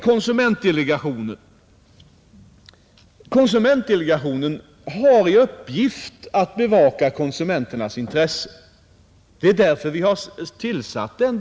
Konsumentdelegationen har till uppgift att bevaka konsumenternas intressen; det är därför vi har tillsatt den.